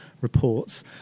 reports